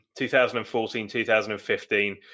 2014-2015